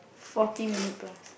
forty minute plus